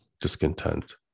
discontent